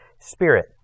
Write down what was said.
Spirit